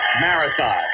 Marathon